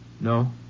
No